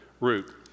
route